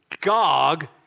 Gog